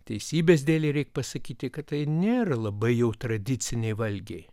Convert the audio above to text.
teisybės dėlei reik pasakyti kad tai nėra labai jau tradiciniai valgiai